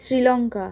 Sri Lanka